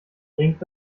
bringt